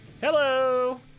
Hello